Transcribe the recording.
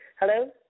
Hello